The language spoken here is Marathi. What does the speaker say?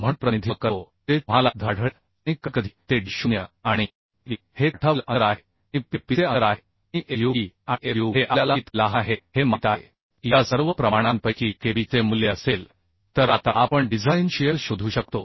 म्हणून प्रतिनिधित्व करतो जे तुम्हाला dh आढळेल आणि कधीकधी ते d0 आणि e हे काठावरील अंतर आहे आणि p हे पिचचे अंतर आहे आणि fub आणि fu हे आपल्याला इतके लहान आहे हे माहित आहे या सर्व प्रमाणांपैकी Kb चे मूल्य असेल तर आता आपण डिझाइन शिअर शोधू शकतो